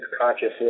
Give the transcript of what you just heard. consciousness